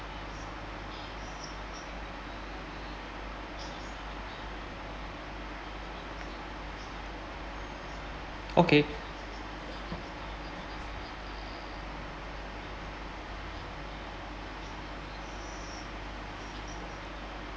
okay